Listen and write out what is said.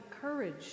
courage